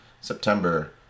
September